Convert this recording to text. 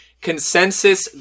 Consensus